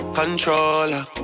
controller